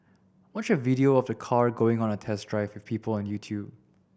watch a video of the car going on a test drive with people on YouTube